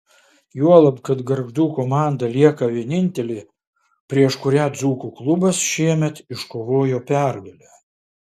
juolab kad gargždų komanda lieka vienintelė prieš kurią dzūkų klubas šiemet iškovojo pergalę